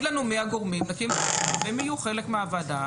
לנו מי הגורמים והם יהיו חלק מהוועדה,